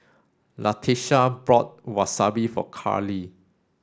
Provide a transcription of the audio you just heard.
Latisha bought Wasabi for Karli